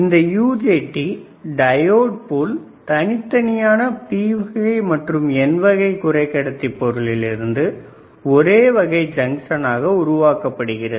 இந்த UJT diode போல் தனித்தனியான P வகை மற்றும் N வகை குறைகடத்தி பொருளிலிருந்து ஒரேவகை ஜங்ஷனாக உருவாக்கப்படுகிறது